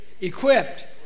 Equipped